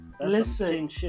Listen